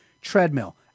Treadmill